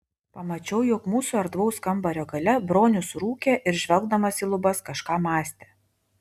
pamačiau jog mūsų erdvaus kambario gale bronius rūkė ir žvelgdamas į lubas kažką mąstė